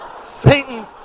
Satan